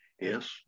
Yes